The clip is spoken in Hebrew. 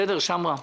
בסדר, שמרה?